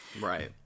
Right